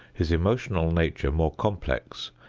his emotional nature more complex,